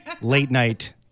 late-night